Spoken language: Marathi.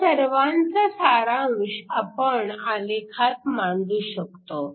ह्या सर्वांचा सारांश आपण आलेखात मांडू शकतो